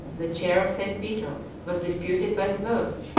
the chair of st. peter was disputed by the votes,